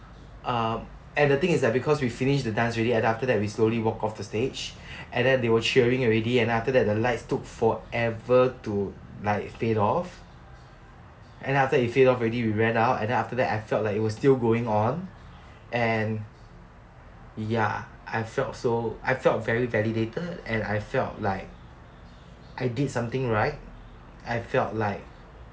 uh and the thing is that because we finished the dance already and then after that we slowly walk off the stage and then they were cheering already and after that the lights took forever to like fade off and after it fade off we ran out and then after that I felt like it was still going on and ya I felt so I felt very validated and I felt like I did something right I felt like